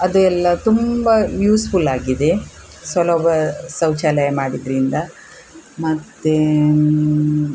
ಅದು ಎಲ್ಲ ತುಂಬ ಯೂಸ್ಫುಲ್ಲಾಗಿದೆ ಸುಲಭ ಶೌಚಾಲಯ ಮಾಡಿದ್ದರಿಂದ ಮತ್ತು